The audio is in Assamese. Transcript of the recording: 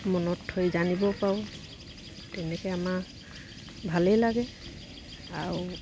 মনত থৈ জানিবও পাৰোঁ তেনেকৈ আমাৰ ভালেই লাগে আৰু